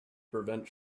prevent